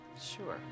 Sure